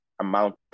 amount